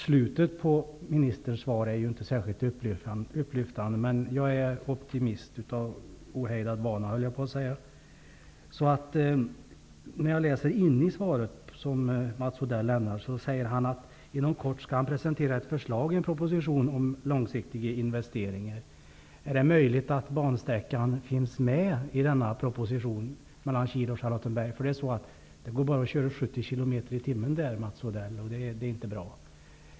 Slutet på ministerns svar är ju inte särskilt upplyftande, men jag är optimist av ohejdad vana. I det svar som Mats Odell har lämnat framhålls att han inom kort skall presentera ett förslag i en proposition om långsiktiga investeringar. Är det möjligt att bansträckan Kil--Charlottenberg kommer att finnas med i denna proposition? Det går bara att köra 70 km i timmen där, Mats Odell, och det är inte bra.